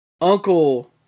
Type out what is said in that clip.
Uncle